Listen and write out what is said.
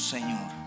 Señor